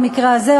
במקרה הזה,